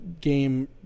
game